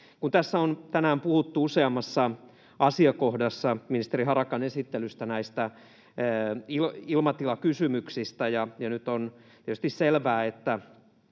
Tässä on tänään puhuttu useammassa asiakohdassa ministeri Harakan esittelystä näistä ilmatilakysymyksistä, ja nyt on tietysti selvää, että